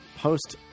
Post